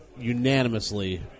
unanimously